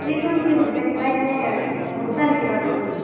কি কৰিম বুলি ভাবিছা কিবা এনেই ভাবিছা নেকি কিবা কৰিম বুলি